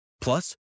Plus